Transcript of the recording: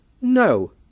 no